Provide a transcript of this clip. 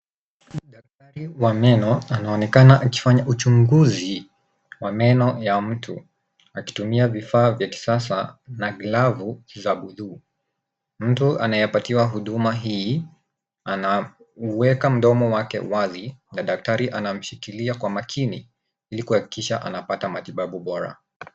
Daktari wa meno anaonekana akifanaya uchunguzi wa meno ya mtu akitumia vifaa vya kisasa na glavu za buluu. Mtu anayepatiwa huduma hii anauweka mdomo wake wazi na daktari anamshikilia kwa makini ili kuhakikisha anapata matibabu bora.